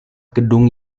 gedung